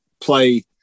play